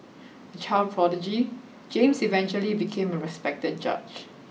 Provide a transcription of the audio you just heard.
a child prodigy James eventually became a respected judge